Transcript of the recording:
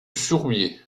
sourbier